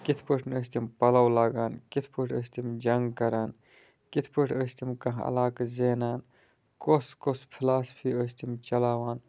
کِتھ پٲٹھۍ ٲسۍ تِم پَلَو لاگان کِتھ پٲٹھۍ ٲسۍ تِم جنٛگ کران کِتھ پٲٹھۍ ٲسۍ تِم کانٛہہ علاقہٕ زینان کۄس کۄس فِلاسفی ٲسۍ تِم چلاوان